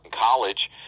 College